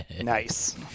Nice